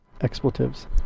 expletives